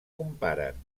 comparen